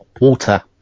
water